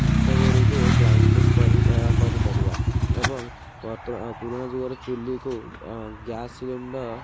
ଜିନିଷ ଗୁଡ଼ିକୁ ଗ୍ରାଇଣ୍ଡିଙ୍ଗ କରି କରିପାରିବା ଏବଂ ବର୍ତ୍ତମାନ ପୁରୁଣା ଯୁଗର ଚୁଲିକୁ ଗ୍ୟାସ ସିଲିଣ୍ଡର